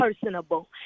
personable